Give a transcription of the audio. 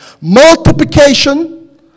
multiplication